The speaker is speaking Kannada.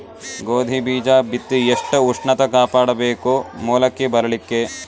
ಗೋಧಿ ಬೀಜ ಬಿತ್ತಿ ಎಷ್ಟ ಉಷ್ಣತ ಕಾಪಾಡ ಬೇಕು ಮೊಲಕಿ ಬರಲಿಕ್ಕೆ?